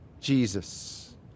Jesus